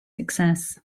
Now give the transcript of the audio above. success